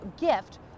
gift